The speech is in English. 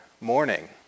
morning